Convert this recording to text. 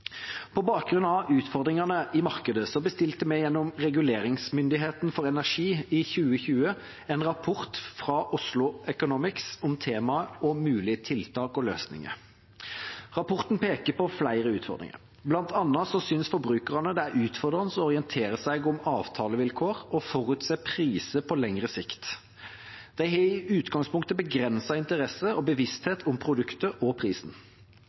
På bakgrunn av utfordringene i markedet bestilte vi gjennom Reguleringsmyndigheten for energi i 2020 en rapport fra Oslo Economics om temaet og mulige tiltak og løsninger. Rapporten peker på flere utfordringer. Blant annet synes forbrukerne det er utfordrende å orientere seg om avtalevilkår og forutse priser på lengre sikt, og de har i utgangspunktet begrenset interesse og bevissthet om produktet og prisen.